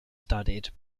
studied